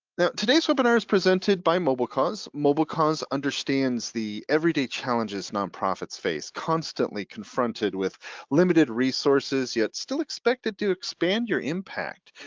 now today's webinar is presented by mobilecause. mobilecause understands the everyday challenges nonprofits face constantly confronted with limited resources yet still expected to expand your impact.